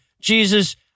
Jesus